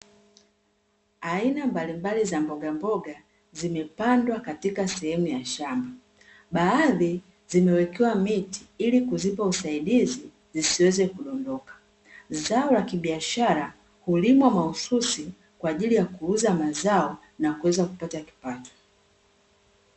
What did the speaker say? Aina mbalimbali za mbogamboga, zimepandwa katika sehemu ya shamba, baadhi zimewekewa miti, ili kuzipa usaidizi zisiweze kudondoka. Zao la kibiashara hulimwa mahususi kwa ajili ya kuuza mazao na kuweza kupata kipato.